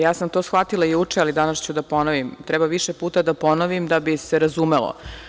Ja sam to shvatila juče, ali danas ću da ponovim, treba više puta da ponovim da bi se razumelo.